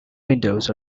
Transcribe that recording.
windows